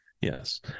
Yes